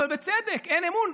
אבל בצדק, אין אמון.